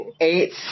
Eight